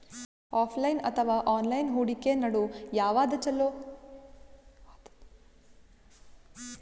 Offline ಅಥವಾ online ಹೂಡಿಕೆ ನಡು ಯವಾದ ಛೊಲೊ?